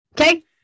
Okay